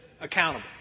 accountable